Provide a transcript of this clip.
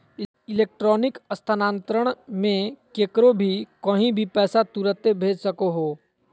electronic स्थानान्तरण मे केकरो भी कही भी पैसा तुरते भेज सको हो